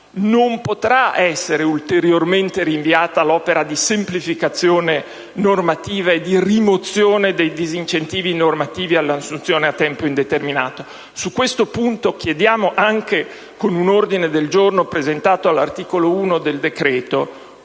non potrà essere ulteriormente rinviata l'opera di semplificazione normativa e di rimozione dei disincentivi normativi all'assunzione a tempo indeterminato. Su questo punto chiediamo - anche con un ordine del giorno presentato all'articolo 1 del decreto-legge